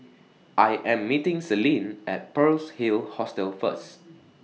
I Am meeting Celine At Pearl's Hill Hostel First